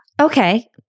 Okay